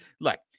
look